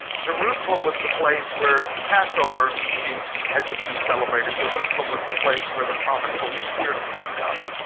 jerusalem was the place where the passover feast had just been celebrated. jerusalem was the place where the promised holy spirit was to come.